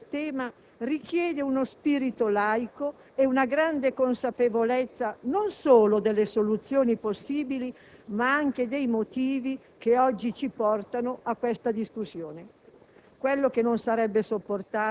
Proprio la delicatezza del tema richiede uno spirito laico e una grande consapevolezza non solo delle soluzioni possibili, ma anche dei motivi che oggi ci portano a questa discussione.